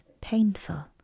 painful